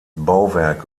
bauwerk